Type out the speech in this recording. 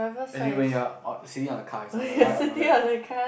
as in when you are on sitting on the car is on the right or the left